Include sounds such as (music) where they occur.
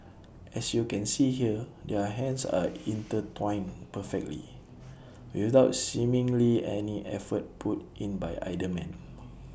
as you can see here their hands are (noise) intertwined perfectly without seemingly any effort put in by either man